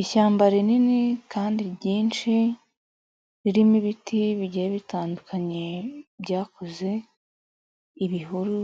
Ishyamba rinini, kandi ryinshi. ririmo ibiti bigiye bitandukanye byakuze, ibihuru,